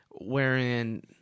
Wherein